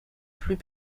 plus